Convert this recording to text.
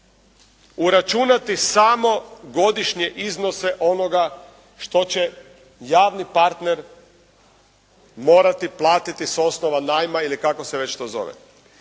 uračunati samo godišnje iznose onoga što će javni partner morati platiti s osnova najma ili kako se to već zove.